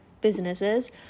businesses